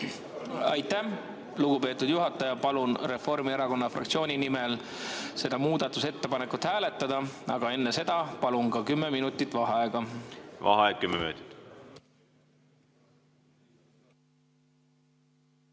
Aitäh, lugupeetud juhataja! Palun Reformierakonna fraktsiooni nimel seda muudatusettepanekut hääletada, aga enne hääletamist palun ka kümme minutit vaheaega. Vaheaeg kümme minutit.V